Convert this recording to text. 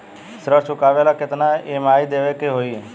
ऋण चुकावेला केतना ई.एम.आई देवेके होई?